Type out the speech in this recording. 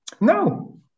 No